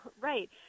right